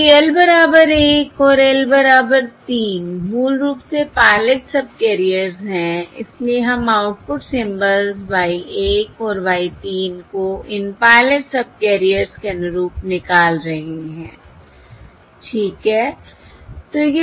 चूँकि L बराबर 1 और L बराबर 3 मूल रूप से पायलट सबकैरियर्स हैं इसलिए हम आउटपुट सिंबल्स Y 1 और Y 3 को इन पायलट सबकैरियर्स के अनुरूप निकाल रहे हैं ठीक है